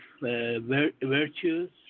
virtues